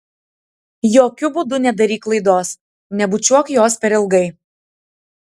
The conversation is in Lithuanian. jokiu būdu nedaryk klaidos nebučiuok jos per ilgai